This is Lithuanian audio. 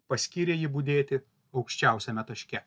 paskyrė jį budėti aukščiausiame taške